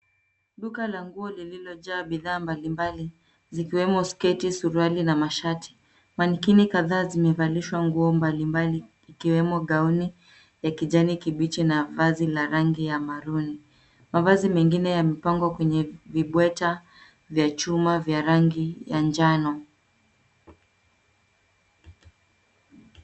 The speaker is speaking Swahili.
Duka la nguo lililojaa bidhaa mbalimbali zikiwemo sketi, suruali na mashati. Mannequin kadhaa zimevalishwa nguo mbalimbali ikiwemo gauni ya kijani kibichi na vazi la rangi ya maroon . Mavazi mengine yamepangwa kwenye vibweta vya chuma vya rangi ya njano.